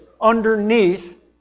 underneath